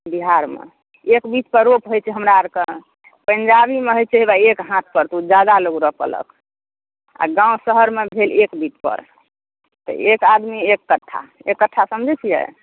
बिहारमे एक बीतसंँ रोप होइत छै हमरा आरके पञ्जाबीमे होइत छै एक हाथ जादा लोक रोपलक आ गाँव शहरमे भेल एक बीत पर तऽ एक आदमी एक कट्ठा एक कट्ठा समझैत छियै